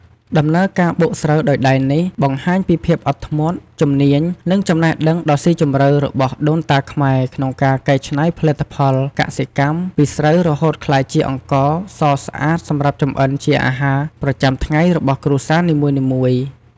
ដំណើរការបុកស្រូវដោយដៃនេះ បង្ហាញពីភាពអត់ធ្មត់ ជំនាញ និងចំណេះដឹងដ៏ស៊ីជម្រៅរបស់ដូនតាខ្មែរក្នុងការកែច្នៃផលិតផលកសិកម្ម ពីស្រូវរហូតក្លាយជាអង្ករសស្អាតសម្រាប់ចម្អិនជាអាហារប្រចាំថ្ងៃរបស់គ្រួសារនីមួយៗ។